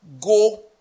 go